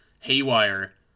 haywire